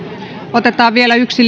otetaan vielä yksi